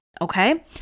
Okay